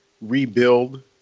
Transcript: rebuild